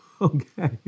Okay